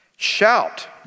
Shout